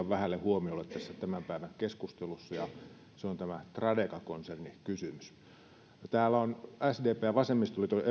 vähälle huomiolle tässä tämän päivän keskustelussa ja se on tämä tradeka konserni kysymys täällä ovat sdpn ja vasemmistoliiton